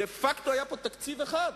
דה-פקטו היה פה תקציב אחד,